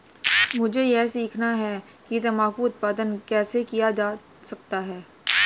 मुझे यह सीखना है कि तंबाकू उत्पादन कैसे किया जा सकता है?